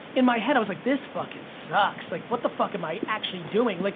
in my head i was like this fucking sucks, like what the fuck am i actually doing? like